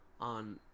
on